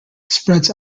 spreads